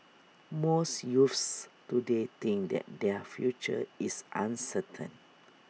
most youths today think that their future is uncertain